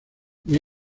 muy